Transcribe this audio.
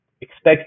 expect